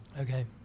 Okay